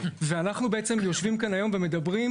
ואנחנו בעצם יושבים כאן היום ומדברים,